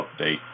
update